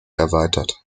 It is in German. erweitert